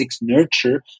Nurture